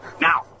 now